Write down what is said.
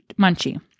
munchie